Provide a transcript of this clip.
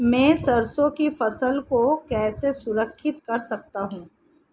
मैं सरसों की फसल को कैसे संरक्षित कर सकता हूँ?